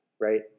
right